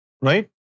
right